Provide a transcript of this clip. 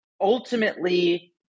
ultimately